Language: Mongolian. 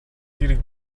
хэрэг